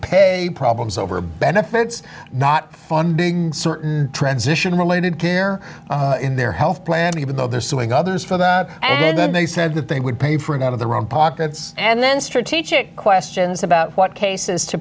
pay problems over benefits not funding certain transition related care in their health plan even though they're suing others for that and then they said they would pay for it out of their own pockets and then strategic questions about what cases to